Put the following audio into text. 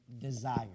desire